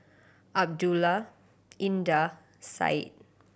Abdullah Indah Syed